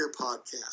podcast